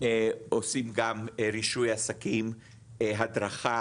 עושים גם רישוי עסקים, הדרכה